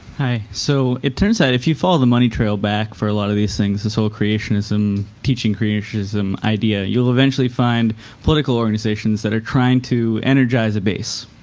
hi. so it turns out if you follow the money trail back for a lot of these things, this whole creationism, teaching creationism idea, you'll eventually find political organizations that are trying to energize a base,